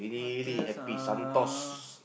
happiest ah uh